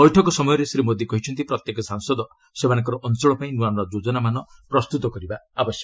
ବୈଠକ ସମୟରେ ଶ୍ରୀ ମୋଦୀ କହିଛନ୍ତି ପ୍ରତ୍ୟେକ ସାଂସଦ ସେମାନଙ୍କର ଅଞ୍ଚଳ ପାଇଁ ନୁଆ ନୂଆ ଯୋଜନାମାନ ପ୍ରସ୍ତୁତ କରିବା ଉଚିତ୍